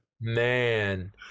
man